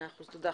הבנתי, תודה.